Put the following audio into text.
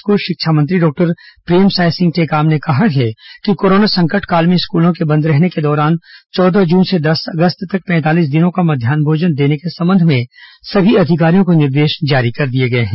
school शिक्षा मंत्री doctor Premsai Singh Tekam ने कहा है कि कोरोना संकट काल में स्कूलों के बंद रहने के दौरान चौदह जून से दस अगस्त तक पैंतालीस दिनों का मध्यान्ह भोजन देने के संबंध में सभी अधिकारियों को निर्देश जारी कर दिए गए हैं